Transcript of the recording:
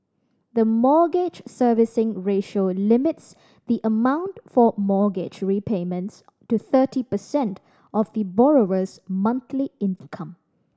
the Mortgage Servicing Ratio limits the amount for mortgage repayments to thirty percent of the borrower's monthly income